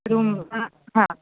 રૂમનું હા હા